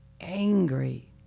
angry